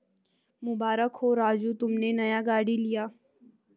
मुबारक हो राजू तुमने नया गाड़ी लिया